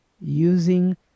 using